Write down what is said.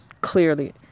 clearly